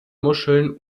muscheln